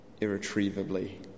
irretrievably